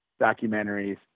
documentaries